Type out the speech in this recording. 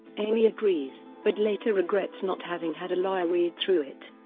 amy agrees, but later regrets not having had a lawyer read through it.